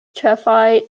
ĉefaj